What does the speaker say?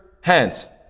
hands